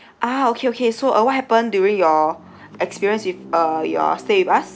ah okay okay so uh what happened during your experience with uh your stay with us